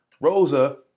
rosa